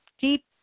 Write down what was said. Deep